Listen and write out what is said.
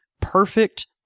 perfect